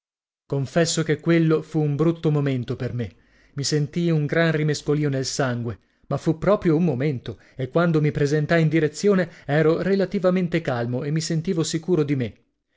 confesso che quello fu un brutto momento per me i sentii un gran rimescolìo nel sangue ma fu proprio un momento e quando mi presentai in direzione ero relativamente calmo e mi sentivo sicuro di me